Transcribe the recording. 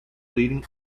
leading